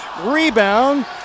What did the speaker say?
Rebound